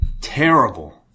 terrible